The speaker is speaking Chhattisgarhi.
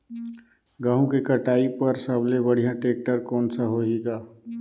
गहूं के कटाई पर सबले बढ़िया टेक्टर कोन सा होही ग?